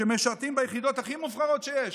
שמשרתים ביחידות הכי מובחרות שיש,